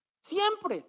Siempre